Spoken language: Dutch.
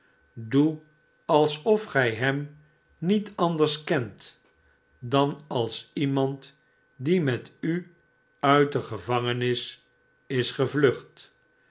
doe alsof gij hem niet anders kent dan als iemand die met u r uit de gevangenis is gevlucht